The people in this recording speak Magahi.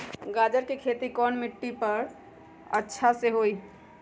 गाजर के खेती कौन मिट्टी पर समय अच्छा से होई?